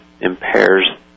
impairs